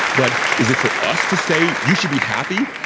but is it for us to say, you should be happy?